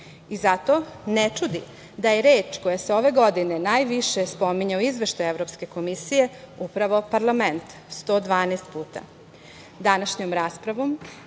itd. Zato ne čudi da je reč koja se ove godine najviše spominje u Izveštaju Evropske komisije upravo parlament, 112 puta. Današnjom raspravom